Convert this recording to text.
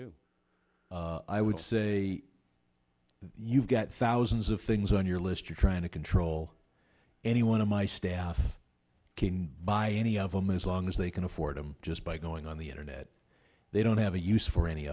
do i would say you've got thousands of things on your list you're trying to control any one of my staff by any of them as long as they can afford to just by going on the internet they don't have a use for any